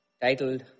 titled